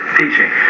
teaching